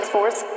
Force